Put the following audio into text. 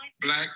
Black